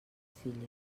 filles